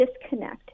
disconnect